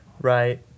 Right